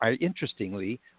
interestingly